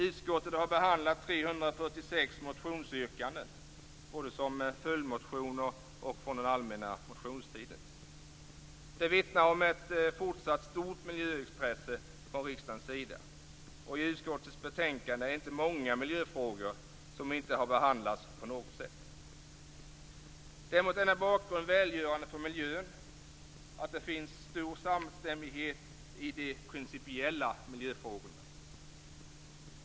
Utskottet har behandlat 346 motionsyrkanden, både från följdmotioner och från den allmänna motionstiden. Det vittnar om ett fortsatt stort miljöintresse från riksdagens sida. I utskottets betänkande är det inte många miljöfrågor som inte har behandlats på något sätt. Det är mot denna bakgrund välgörande för miljön att det finns stor samstämmighet i de principiella miljöfrågorna.